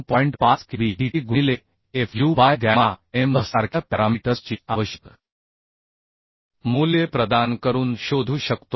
5 kB dt dt गुणिले f u by gamma m v सारख्या पॅरामीटर्सची आवश्यक मूल्ये प्रदान करून शोधू शकतो